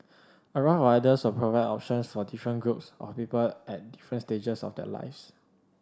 a raft of ideas will provide options for different groups of people at different stages of their lives